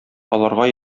аларга